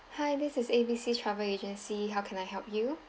hi this is A B C travel agency how can I help you